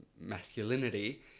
masculinity